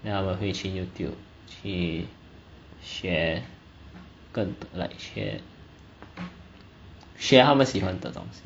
then 他们会去 youtube 去学更 like 学学他们喜欢的东西